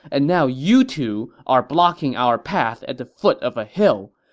and now you two are blocking our path at the foot of a hill.